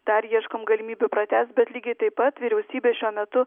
dar ieškom galimybių pratęst bet lygiai taip pat vyriausybė šiuo metu